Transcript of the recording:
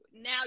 Now